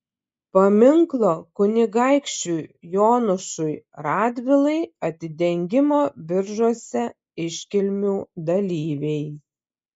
paminklo kunigaikščiui jonušui radvilai atidengimo biržuose iškilmių dalyviai